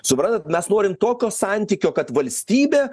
suprantat mes norim tokio santykio kad valstybė